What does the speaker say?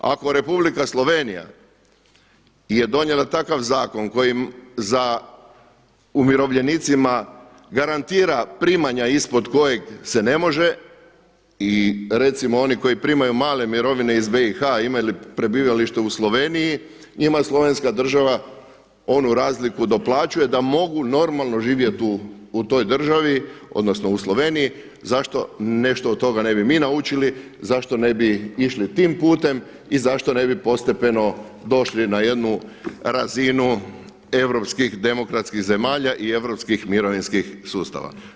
Ako Republika Slovenija je donijela takav zakon koji umirovljenicima garantira primanja ispod kojeg se ne može i recimo oni koji primaju male mirovine iz BiH-a imaju prebivalište u Sloveniji njima slovenska država onu razliku doplaćuje da mogu normalno živjeti u toj državi, odnosno u Sloveniji, zašto nešto od toga ne bi mi naučili, zašto ne bi išli tim putem i zašto ne bi postepeno došli na jednu razinu europskih demokratskih zemalja i europskih mirovinskih sustava.